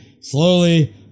slowly